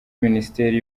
minisiteri